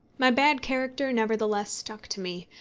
my bad character nevertheless stuck to me,